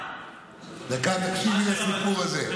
דקה, תקשיבי לסיפור הזה.